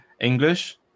English